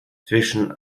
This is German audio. zwischen